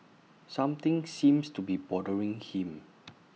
something seems to be bothering him